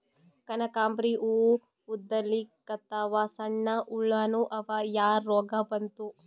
ಕನಕಾಂಬ್ರಿ ಹೂ ಉದ್ರಲಿಕತ್ತಾವ, ಸಣ್ಣ ಹುಳಾನೂ ಅವಾ, ಯಾ ರೋಗಾ ಬಂತು?